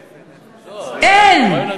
אין.